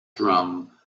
from